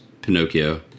Pinocchio